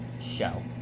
show